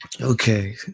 Okay